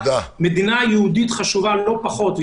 מדינה יהודית חשובה לא פחות,